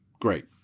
Great